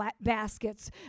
baskets